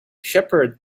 shepherd